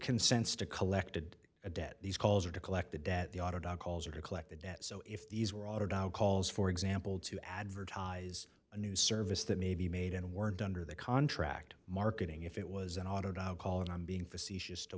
consents to collected a debt these calls are to collect the debt the auto da calls or to collect the debt so if these were calls for example to advertise a new service that may be made and weren't under the contract marketing if it was an auto call and i'm being facetious to